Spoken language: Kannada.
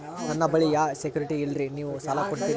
ನನ್ನ ಬಳಿ ಯಾ ಸೆಕ್ಯುರಿಟಿ ಇಲ್ರಿ ನೀವು ಸಾಲ ಕೊಡ್ತೀರಿ?